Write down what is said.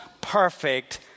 perfect